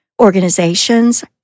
organizations